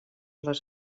les